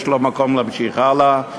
יש מקום להמשיך אתו הלאה,